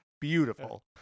beautiful